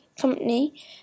company